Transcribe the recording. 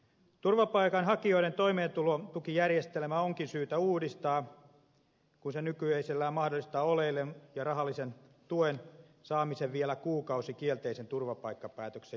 turvapaikanhakijoiden toimeentulotukijärjestelmä onkin syytä uudistaa kun se nykyisellään mahdollistaa oleilun ja rahallisen tuen saamisen vielä kuukauden kielteisen turvapaikkapäätöksen jälkeenkin